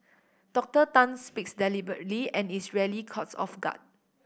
Doctor Tan speaks deliberately and is rarely caught off guard